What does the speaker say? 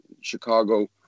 Chicago